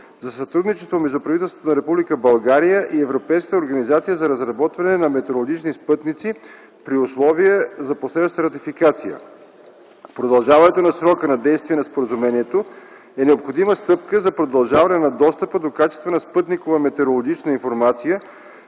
за сътрудничество на правителството на Република България и Европейската организация за разработване на метеорологични спътници при условие за последваща ратификация. Продължаването на срока на действие на Споразумението е необходима стъпка за продължаване на достъпа до качествена спътникова метеорологична информация,